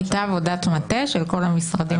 הייתה עבודת מטה של כל המשרדים הרלוונטיים?